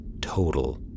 Total